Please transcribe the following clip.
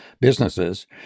businesses